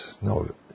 no